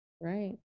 right